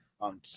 On